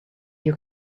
your